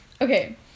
Okay